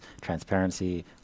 transparency